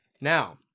Now